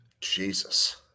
Jesus